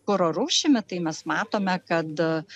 kuro rūšimi tai mes matome kad